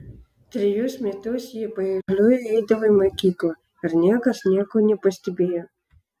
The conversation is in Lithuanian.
trejus metus jie paeiliui eidavo į mokyklą ir niekas nieko nepastebėjo